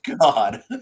God